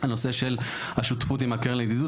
הנושא של השותפות עם הקרן לידידות,